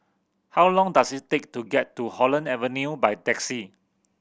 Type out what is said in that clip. how long does it take to get to Holland Avenue by taxi